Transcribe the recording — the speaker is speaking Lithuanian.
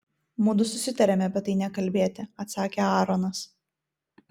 mudu susitarėme apie tai nekalbėti atsakė aaronas